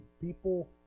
People